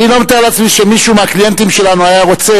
אני לא מתאר לעצמי שמישהו מהקליינטים שלנו היה רוצה